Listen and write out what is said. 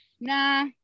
nah